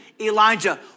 Elijah